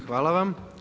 Hvala vam.